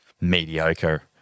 mediocre